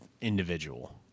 individual